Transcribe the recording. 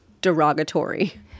derogatory